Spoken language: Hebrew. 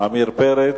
עמיר פרץ,